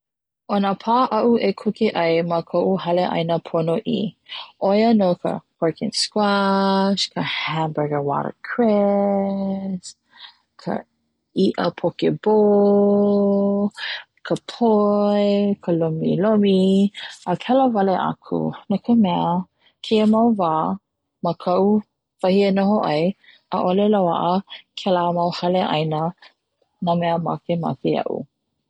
O na pā aʻu e kuke ai ma koʻu hale ʻaina ponoʻī ʻo ia no ka pork & squash ka hamburger watercress ka iʻa poke bowl, ka poi, ka lomilomi a pela wale aku no ka mea, keia mau wā ma koʻu wahi e noho ai, ʻaʻole loaʻa kela mauu hale ʻaina na me makemake iaʻu.